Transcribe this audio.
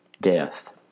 death